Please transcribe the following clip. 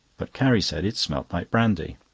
but carrie said it smelt like brandy.